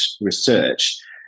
research